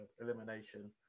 elimination